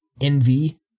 envy